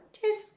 Cheers